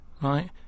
right